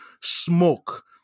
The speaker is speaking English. smoke